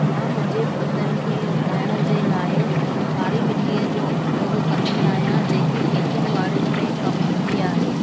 मां मुंहिंजे पौधनि खे उॻाइण जे लाइ कारी मिट्टीअ जो उपयोगु कंदी आहियां जेकी खेतिन वाड़िन में कमु ईंदी आहे